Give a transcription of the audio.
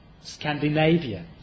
Scandinavia